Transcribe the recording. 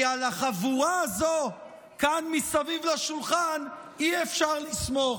כי על החבורה הזו כאן מסביב לשולחן אי-אפשר לסמוך.